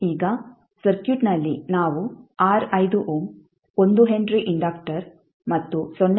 ಈಗ ಸರ್ಕ್ಯೂಟ್ನಲ್ಲಿ ನಾವು R 5 ಓಮ್ 1 ಹೆನ್ರಿ ಇಂಡಕ್ಟರ್ ಮತ್ತು 0